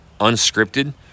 unscripted